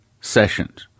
Sessions